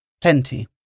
plenty